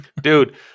Dude